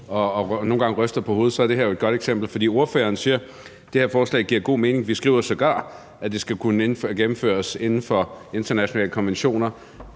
at folk udefra ryster på hovedet, når de kigger på Christiansborg. For ordføreren siger, at det her forslag giver god mening, og vi skriver sågar, at det skal kunne gennemføres inden for internationale konventioner.